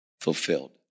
fulfilled